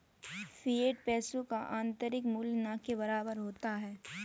fiat पैसे का आंतरिक मूल्य न के बराबर होता है